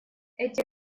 эти